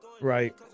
right